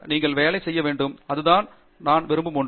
நாங்கள் வேலை செய்ய வேண்டும் அதனால் நான் விரும்பும் ஒன்று